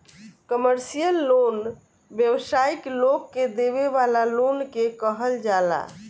commercial loan व्यावसायिक लोग के देवे वाला लोन के कहल जाला